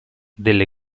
delle